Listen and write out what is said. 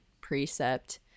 precept